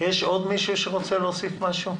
עוד מישהו רוצה להתייחס?